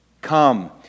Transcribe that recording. come